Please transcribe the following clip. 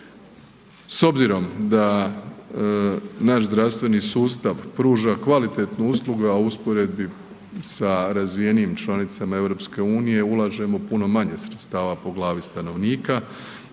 S obzirom da naš zdravstveni sustav pruža kvalitetnu uslugu, a u usporedbi sa razvijenijim članicama EU ulažemo puno manje sredstava po glavi stanovnika,